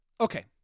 okay